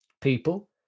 people